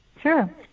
sure